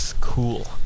cool